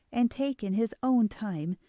and taken his own time,